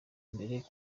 mbere